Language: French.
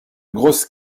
grosse